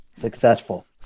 Successful